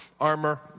armor